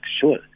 sure